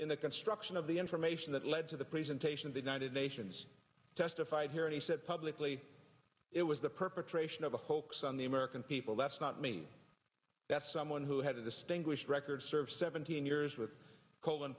in the construction of the information that led to the presentation of the united nations testify here and he said publicly it was the perpetration of the hoax on the american people that's not me that's someone who had a distinguished record serve seventeen years with colin